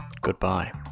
Goodbye